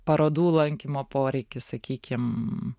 parodų lankymo poreikis sakykim